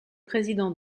président